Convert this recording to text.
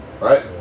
right